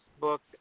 book